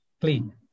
clean